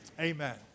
Amen